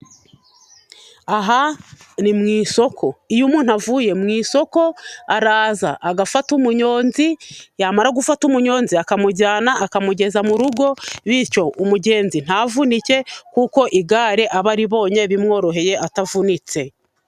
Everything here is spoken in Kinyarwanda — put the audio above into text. Aha ni mu isoko. Iyo umuntu avuye mu isoko araza agafata umunyonzi ,yamara gufata umunyonzi akamujyana akamugeza mu rugo. Bityo umugenzi ntavunike kuko igare aba aribonye bimworoheye atavunitse.